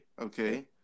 Okay